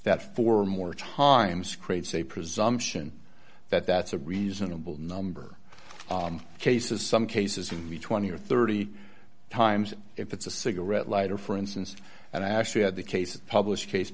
that four more times creates a presumption that that's a reasonable number of cases some cases in the twenty or thirty times if it's a cigarette lighter for instance and i actually had the case published